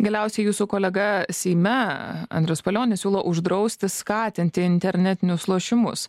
galiausiai jūsų kolega seime andrius palionis siūlo uždrausti skatinti internetinius lošimus